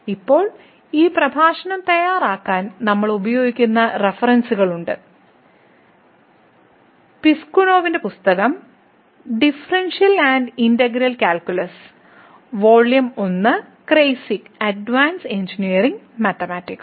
ഇപ്പോൾ ഈ പ്രഭാഷണം തയ്യാറാക്കാൻ നമ്മൾ ഉപയോഗിക്കുന്ന റഫറൻസുകളുണ്ട് പിസ്കുനോവിന്റെ പുസ്തകം differential and integral calculus volume 1 Kreyszig advanced engineering mathematics